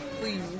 please